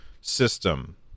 system